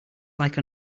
like